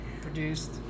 produced